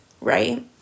Right